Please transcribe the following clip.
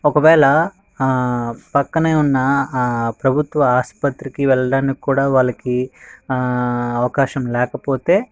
ఒకవేళ ఆ పక్కనే ఉన్న ఆ ప్రభుత్వ ఆసుపత్రికి వెళ్ళడానికి కూడా వాళ్ళకి ఆ అవకాశం లేకపోతే